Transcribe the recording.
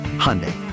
Hyundai